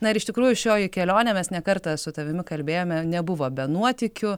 na ir iš tikrųjų šioji kelionė mes ne kartą su tavimi kalbėjome nebuvo be nuotykių